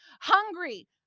hungry